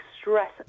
stress